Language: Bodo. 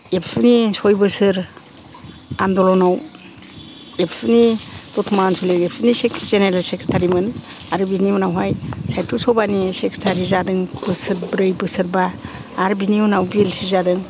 एबसुनि सय बोसोर आन्दलनाव एबसुनि दथमा आन्सलिक एबसुनि सेक जेनेरेल सेक्रेतारिमोन आरो बिनि उनावहाय साहित्य सभानि सेख्रेतारि जादों बोसोरब्रै बोसोरबा आरो बिनि उनाव बिएलथि जादों